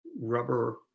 rubber